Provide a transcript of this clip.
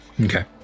okay